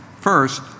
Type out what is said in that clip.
First